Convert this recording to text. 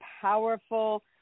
powerful